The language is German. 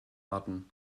atem